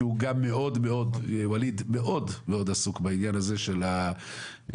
כי ווליד מאוד מאוד עסוק בעניין הזה של סגירת